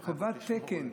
קובעת תקן.